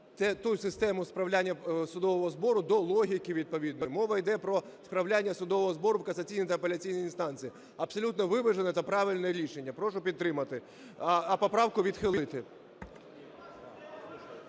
ту систему справляння судового збору до логіки відповідної. Мова йде про справляння судового збору в касаційній та апеляційній інстанціях – абсолютно виважене та правильне рішення. Прошу підтримати, а поправку відхилити.